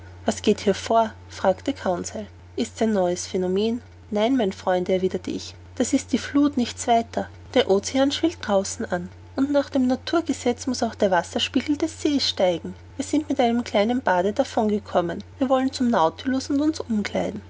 was geht denn vor fragte conseil ist's ein neues phänomen nein meine freunde erwiderte ich es ist die fluth nichts weiter der ocean schwillt draußen an und nach dem naturgesetz muß auch der wasserspiegel des sees steigen wir sind mit einem kleinen bade davon gekommen wir wollen zum nautilus und uns